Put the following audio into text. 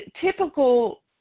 typical